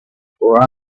four